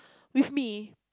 with me